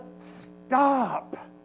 Stop